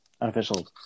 unofficial